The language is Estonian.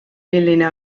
milline